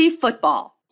football